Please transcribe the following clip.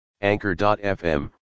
Anchor.fm